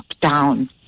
down